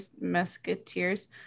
Musketeers